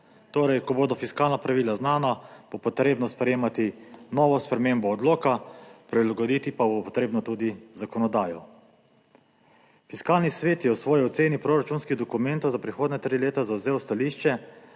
Torej, ko bodo fiskalna pravila znana, bo potrebno sprejemati novo spremembo odloka, prilagoditi pa bo potrebno tudi zakonodajo. Fiskalni svet je v svoji oceni proračunskih dokumentov za prihodnja tri leta zavzel stališče,